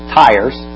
tires